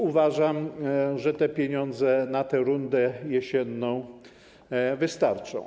Uważam, że te pieniądze na tę rundę jesienną wystarczą.